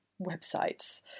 websites